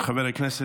חבר הכנסת.